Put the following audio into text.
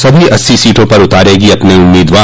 सभी अस्सी सीटों पर उतारेगी अपने उम्मीदवार